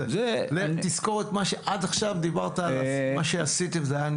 עד עכשיו דיברת על מה שאתם עשיתם וזה היה נהדר.